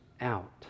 out